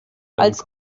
als